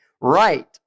right